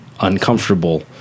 uncomfortable